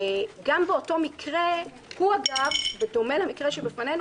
הוא אגב בדומה למקרה שבפנינו.